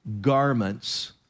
garments